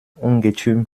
ungetüm